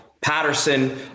Patterson